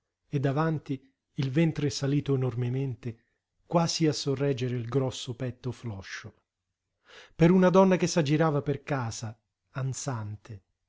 e davanti il ventre salito enormemente quasi a sorreggere il grosso petto floscio per una donna che s'aggirava per casa ansante